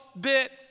bit